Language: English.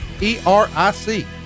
E-R-I-C